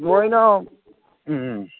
ꯂꯣꯏꯅ ꯎꯝ